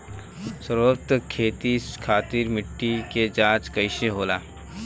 सर्वोत्तम खेती खातिर मिट्टी के जाँच कइसे होला?